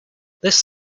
this